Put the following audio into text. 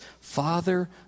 Father